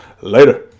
Later